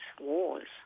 wars